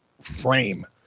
frame